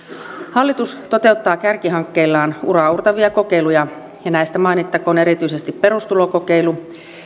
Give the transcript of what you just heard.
hallitus toteuttaa kärkihankkeillaan uraauurtavia kokeiluja ja näistä mainittakoon erityisesti perustulokokeilu